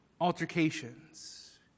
altercations